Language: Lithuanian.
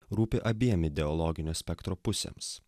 rūpi abiem ideologinio spektro pusėms